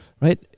right